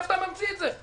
מאיפה אתה ממציא את זה?